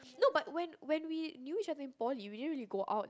no but when when we knew each other in poly we didn't really go out